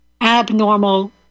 abnormal